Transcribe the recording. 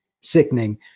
sickening